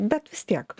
bet vis tiek